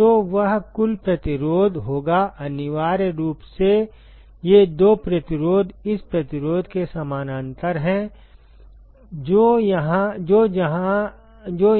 तो वह कुल प्रतिरोध होगा अनिवार्य रूप से ये दो प्रतिरोध इस प्रतिरोध के समानांतर हैं जो